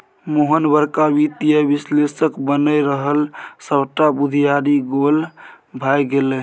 मोहन बड़का वित्तीय विश्लेषक बनय रहय सभटा बुघियारी गोल भए गेलै